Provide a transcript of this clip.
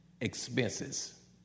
expenses